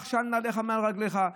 של נעליך מעל רגליך.